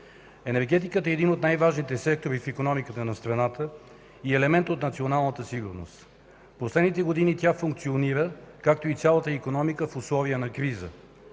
„Енергетиката е един от най-важните сектори в икономиката на страната и елемент от националната сигурност. В последните години тя функционира, както и цялата икономика –в условия на криза.